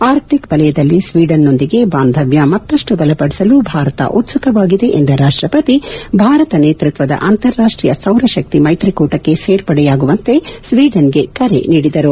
Arctic ವಲಯದಲ್ಲಿ ಸ್ವೀಡನ್ನೊಂದಿಗೆ ಬಾಂಧವ್ಯ ಮತ್ತಷ್ಟು ಬಲಪಡಿಸಲು ಭಾರತ ಉತ್ಸುಕವಾಗಿದೆ ಎಂದ ರಾಷ್ಟಪತಿ ಭಾರತ ನೇತೃತ್ವದ ಅಂತಾರಾಷ್ಟೀಯ ಸೌರಶಕ್ತಿ ಮೈತ್ರಿಕೂಟಕ್ಕೆ ಸೇರ್ಪಡೆಯಾಗುವಂತೆ ಸ್ವೀಡನ್ಗೆ ಕರೆ ನೀಡಿದರು